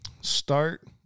start